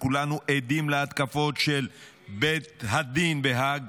וכולנו עדים להתקפות של של בית הדין בהאג,